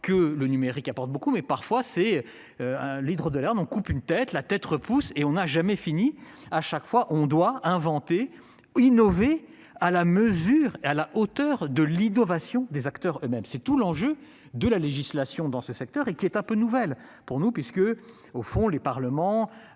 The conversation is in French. que le numérique apporte beaucoup mais parfois c'est. L'hydre de Lerne on coupe une tête la tête repousse et on n'a jamais fini à chaque fois on doit inventer, innover, à la mesure est à la hauteur de l'innovation des acteurs eux-mêmes c'est tout l'enjeu de la législation dans ce secteur et qui est un peu nouvelle pour nous, puisque au fond les parlements